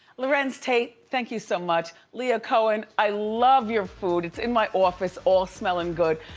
larenz tate, thank you so much. leah cohen, i love your food. it's in my office all smelling good.